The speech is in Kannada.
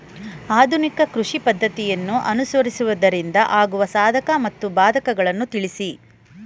ಆಧುನಿಕ ಕೃಷಿ ಪದ್ದತಿಯನ್ನು ಅನುಸರಿಸುವುದರಿಂದ ಆಗುವ ಸಾಧಕ ಮತ್ತು ಬಾಧಕಗಳನ್ನು ತಿಳಿಸಿ?